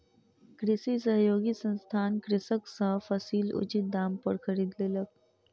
कृषि सहयोगी संस्थान कृषक सॅ फसील उचित दाम पर खरीद लेलक